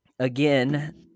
Again